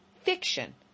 fiction